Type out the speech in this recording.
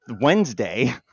Wednesday